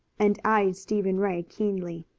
and eyed stephen ray keenly.